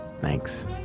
Thanks